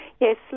Yes